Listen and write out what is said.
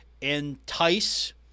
entice